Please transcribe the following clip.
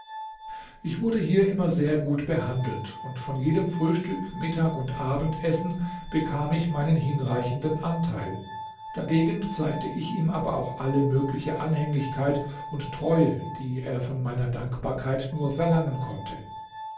ich wurde hier immer sehr gut behandelt und von jedem frühstück mittag und abendessen bekam ich meinen hinreichenden anteil dagegen bezeigte ich ihm aber auch alle mögliche anhänglichkeit und treue die er von meiner dankbarkeit nur verlangen konnte